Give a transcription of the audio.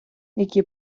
які